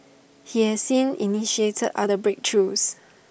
he has since initiated other breakthroughs